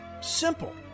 Simple